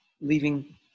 leaving